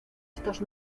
estos